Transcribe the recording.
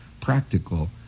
practical